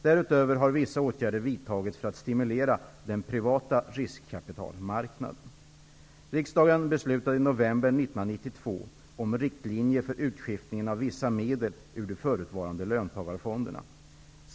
Därutöver har vissa åtgärder vidtagits för att bl.a. stimulera den privata riskkapitalmarknaden. Riksdagen beslutade i november 1992 om riktlinjer för utskiftningen av vissa medel ur de förutvarande löntagarfonderna.